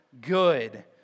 good